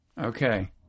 Okay